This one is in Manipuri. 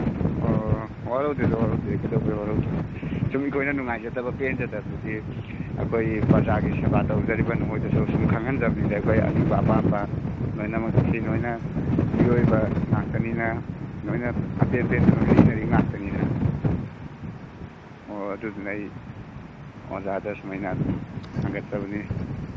ꯑꯣ ꯋꯥꯔꯧꯗꯦꯗ ꯋꯥꯔꯧꯗꯦ ꯀꯩꯗꯧꯕꯩ ꯋꯥꯔꯧꯗꯣꯏꯅꯣ ꯁꯨꯝ ꯑꯩꯈꯣꯏꯅ ꯅꯨꯡꯉꯥꯏꯖꯗꯕ ꯄꯦꯟꯖꯗꯕꯒꯤ ꯑꯈꯣꯏ ꯄ꯭ꯔꯖꯥꯒꯤ ꯁꯦꯕꯥ ꯇꯧꯖꯔꯤꯕ ꯅꯈꯣꯏꯗꯁꯨ ꯁꯨꯝ ꯈꯪꯍꯟꯖꯕꯅꯤꯗ ꯑꯩꯈꯣꯏ ꯑꯅꯤꯡꯕ ꯑꯄꯥꯝꯕ ꯂꯣꯏꯅꯃꯛ ꯁꯤ ꯂꯣꯏꯅ ꯃꯤꯑꯣꯏꯕ ꯉꯥꯛꯇꯅꯤꯅ ꯂꯣꯏꯅ ꯑꯄꯦꯟ ꯄꯦꯟꯗ ꯂꯣꯏ ꯂꯤꯅꯔꯤ ꯉꯥꯛꯇꯅꯤꯗꯅ ꯍꯣ ꯑꯗꯨꯗꯨꯅ ꯑꯩ ꯑꯣꯖꯥꯗ ꯁꯨꯃꯥꯏꯅ ꯑꯗꯨꯝ ꯍꯪꯒꯠꯆꯕꯅꯤ